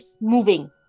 moving